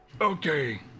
Okay